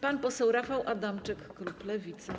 Pan poseł Rafał Adamczyk, klub Lewicy.